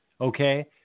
okay